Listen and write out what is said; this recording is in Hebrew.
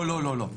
לא, לא.